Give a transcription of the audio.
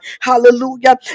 Hallelujah